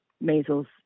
measles